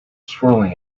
swirling